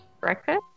Breakfast